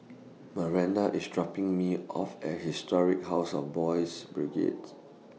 Miranda IS dropping Me off At Historic House of Boys' Brigade